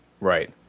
right